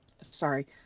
Sorry